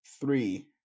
Three